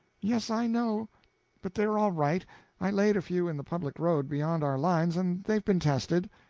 yes, i know but they're all right i laid a few in the public road beyond our lines and they've been tested.